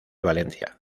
valencia